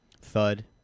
Thud